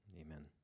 Amen